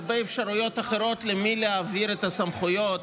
הרבה אפשרויות אחרות למי להעביר את הסמכויות,